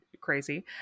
crazy